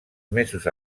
mesos